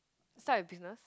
start your business